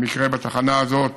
במקרה בתחנה הזאת,